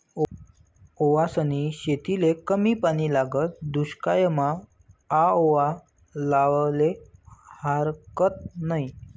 ओवासनी शेतीले कमी पानी लागस, दुश्कायमा आओवा लावाले हारकत नयी